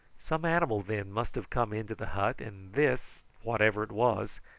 some animal, then, must have come into the hut, and this, whatever it was,